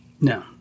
No